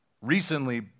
recently